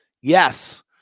Yes